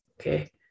okay